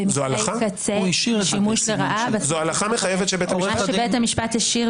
שתוגש עתירה ולמה שדבר כזה יידון